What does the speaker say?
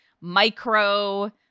micro